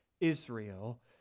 Israel